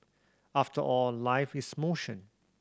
after all life is motion